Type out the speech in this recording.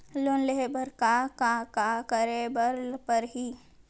Loan लेहे बर का का का करे बर परहि?